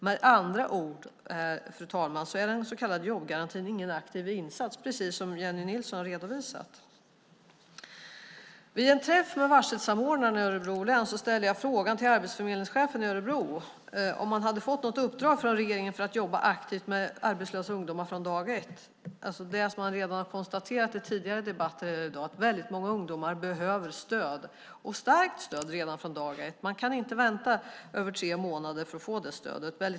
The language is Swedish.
Med andra ord, fru talman, är den så kallade jobbgarantin ingen aktiv insats, precis som Jennie Nilsson har redovisat. Vid en träff med varselsamordnarna i Örebro län frågade jag chefen för Arbetsförmedlingen i Örebro om han hade fått något uppdrag från regeringen att från dag ett jobba aktivt med arbetslösa ungdomar. Som det konstaterats i tidigare debatter i dag behöver många ungdomar stöd, starkt stöd, redan från dag ett. Man kan inte vänta i över tre månader för att få det stödet.